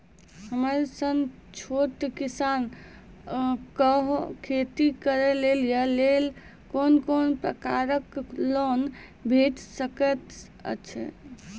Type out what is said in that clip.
हमर सन छोट किसान कअ खेती करै लेली लेल कून कून प्रकारक लोन भेट सकैत अछि?